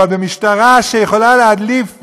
אבל במשטרה שיכולה להדליף,